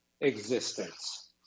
existence